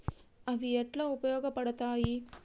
అవి ఎట్లా ఉపయోగ పడతాయి?